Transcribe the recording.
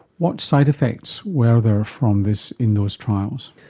what side-effects were there from this in those trials?